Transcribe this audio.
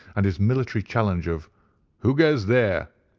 and his military challenge of who goes there?